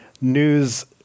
news